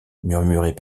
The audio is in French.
murmurait